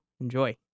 enjoy